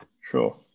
Sure